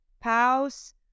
pause